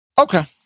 Okay